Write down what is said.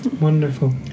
Wonderful